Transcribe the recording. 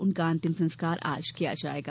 उनका अंतिम संस्कार आज किया जायेगा